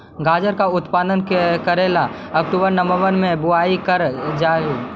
गाजर का उत्पादन करे ला अक्टूबर नवंबर में बुवाई करल जा हई